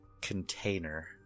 container